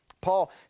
Paul